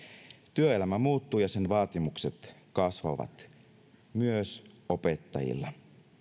työelämä muuttuu ja sen vaatimukset kasvavat myös opettajilla